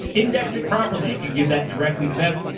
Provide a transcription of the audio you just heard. index it properly! you can give that directly to them.